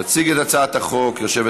התשע"ח 2018. תציג את הצעת החוק יושבת-ראש